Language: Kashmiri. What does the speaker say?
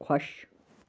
خۄش